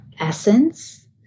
essence